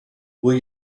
will